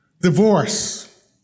Divorce